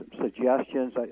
suggestions